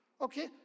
okay